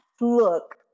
Look